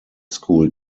school